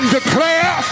declare